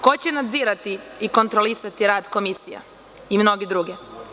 Ko će nadzirati i kontrolisati rad komisija i mnoge druge?